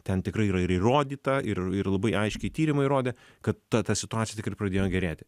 ten tikrai yra ir įrodyta ir ir labai aiškiai tyrimai įrodė kad ta ta situacija tik ir pradėjo gerėti